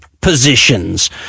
Positions